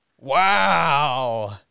Wow